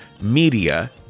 Media